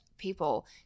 people